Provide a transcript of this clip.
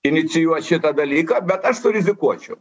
inicijuot šitą dalyką bet aš surizikuočiau